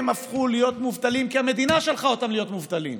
הם הפכו להיות מובטלים כי המדינה שלחה אותם להיות מובטלים,